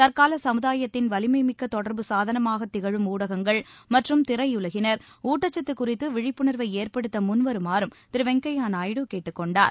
தற்கால சமுதாயத்தின் வலிமைமிக்க தொடர்பு சாதனமாகத் திகழும் ஊடகங்கள் மற்றும் திரையுலகினர் ஊட்டச்சத்து குறித்து விழிப்புணர்வை ஏற்படுத்த முன்வருமாறும் திரு வெங்கப்ய நாயுடு கேட்டுக் கொண்டார்